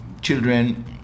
children